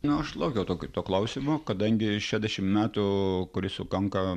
na aš laukiau to to klausimo kadangi šedešim metų kuris sukanka